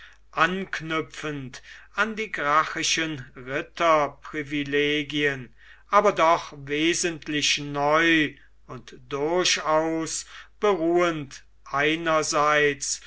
anknüpfend an die gracchischen ritterprivilegien aber doch wesentlich neu und durchaus beruhend einerseits